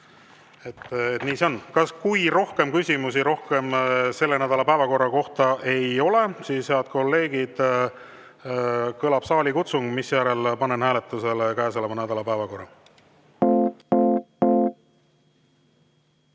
Nii see on. Kui rohkem küsimusi selle nädala päevakorra kohta ei ole, siis, head kolleegid, kõlab saalikutsung, misjärel panen hääletusele käesoleva nädala päevakorra.